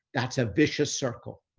that's a vicious circle.